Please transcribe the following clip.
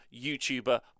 YouTuber